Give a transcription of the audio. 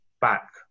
back